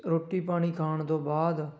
ਰੋਟੀ ਪਾਣੀ ਖਾਣ ਤੋਂ ਬਾਅਦ